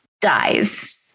dies